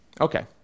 Okay